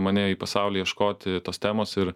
mane į pasaulį ieškoti tos temos ir